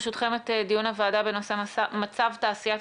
ברשותכם את דיון הוועדה בנושא: מצב תעשיית